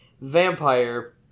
vampire